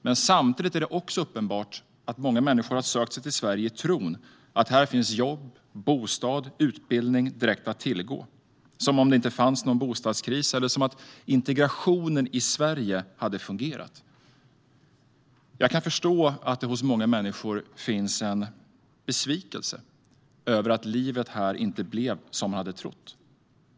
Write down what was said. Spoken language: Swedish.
Men samtidigt är det uppenbart att många har sökt sig till Sverige i tron att här direkt finns jobb, bostad och utbildning att tillgå, som om det inte fanns någon bostadskris eller som om integrationen i Sverige hade fungerat. Jag kan förstå att det hos många människor finns en besvikelse över att livet här inte blev som man hade trott.